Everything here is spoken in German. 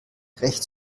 rechts